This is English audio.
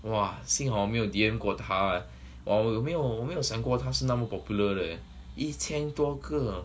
!wah! 幸好我没有 D_M 过她 ah !wah! 我没有我没有我没有想过她是那么 popular 的 leh 一千多个